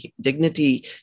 Dignity